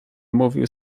mówił